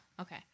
Okay